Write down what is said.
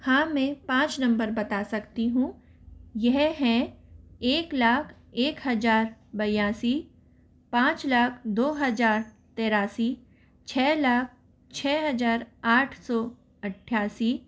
हाँ मैं पाँच नंबर बता सकती हूँ यह है एक लाख एक हज़ार बयासी पाँच लाख दो हज़ार तिरासी छह लाख छह हज़ार आठ सौ अट्ठासी